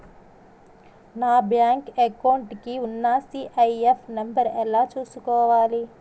నా bank account కి ఉన్న సి.ఐ.ఎఫ్ నంబర్ ఎలా చూసుకోవాలి?